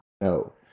No